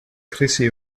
krisi